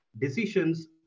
decisions